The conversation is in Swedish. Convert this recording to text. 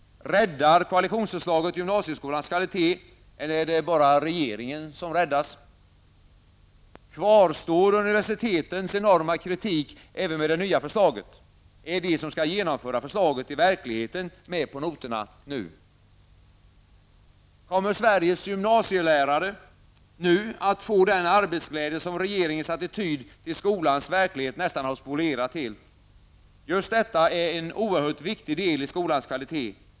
Räddar koalitionsförslaget gymnasieskolans kvalitet, eller är det bara regeringen som räddas? Kvarstår universitetens enorma kritik även med det nya förslaget? Är de som skall genomföra förslaget i verkligheten med på noterna nu? Kommer Sveriges gymnasielärare nu att få den arbetsglädje som regeringens attityd till skolans verklighet nästan har spolierat helt? Just detta är en oerhört viktig del i skolans kvalitet.